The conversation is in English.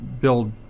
build